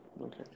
Okay